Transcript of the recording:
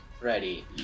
Ready